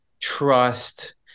trust